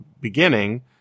beginning